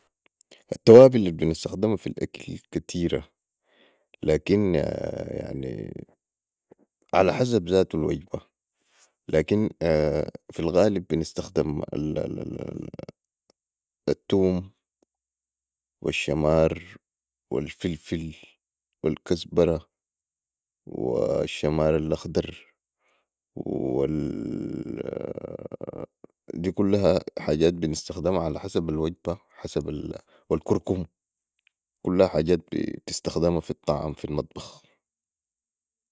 التوابل البنستخدما في الاكل كتير لكن يعني علي حسب زاتو الوجبه لكن في الغالب بستخدم التوم و الشمار والفلفل والكزبره والشمار الأخضر وال دي كلها حاجات بنستخدما علي حسب الوجبه والكركم كلها حجات بنستخدما في الطعام في المطبخ